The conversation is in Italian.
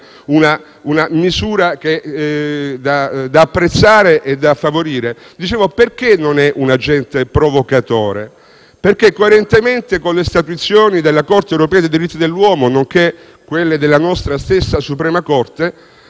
una misura da apprezzare e da favorire. Non è un agente provocatore perché, coerentemente con le statuizioni della Corte europea dei diritti dell'uomo, nonché con quelle della nostra stessa Suprema corte,